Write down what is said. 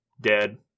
dead